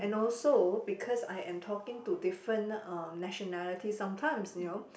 and also because I am talking to different uh nationality sometimes you know